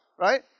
right